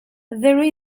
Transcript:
there